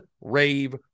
rave